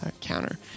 counter